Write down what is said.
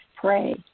pray